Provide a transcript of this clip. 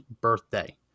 birthday